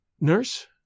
Nurse